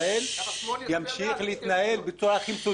ימשיך להתנהל בצורה הכי מסודרת.